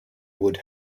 would